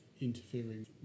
interfering